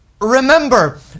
remember